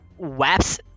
waps